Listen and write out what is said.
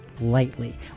lightly